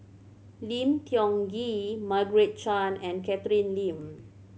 Lim Tiong Ghee Margaret Chan and Catherine Lim